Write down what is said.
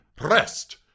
rest